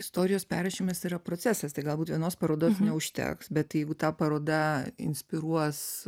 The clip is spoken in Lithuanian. istorijos perrašymas yra procesas tai galbūt vienos parodos neužteks bet jeigu ta paroda inspiruos